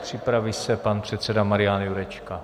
Připraví se pan předseda Marian Jurečka.